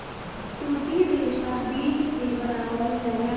सूती रेशा बीज से बनावल जाला